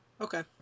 Okay